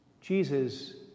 Jesus